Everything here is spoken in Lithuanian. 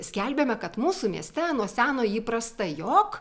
skelbiame kad mūsų mieste nuo seno įprasta jog